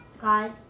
God